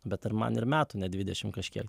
bet ir man ir metų ne dvidešim kažkiek